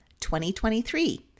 2023